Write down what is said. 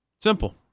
Simple